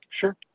Sure